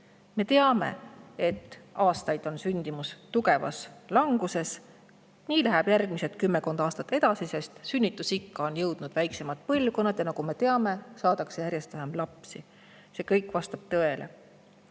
Me teame, et aastaid on sündimus tugevas languses. Nii läheb edasi järgmised kümmekond aastat, sest sünnitusikka on jõudnud väiksemad põlvkonnad, ja nagu me teame, saadakse järjest vähem lapsi. See kõik vastab tõele. Kas